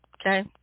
Okay